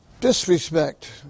disrespect